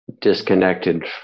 disconnected